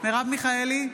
מרב מיכאלי,